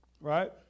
Right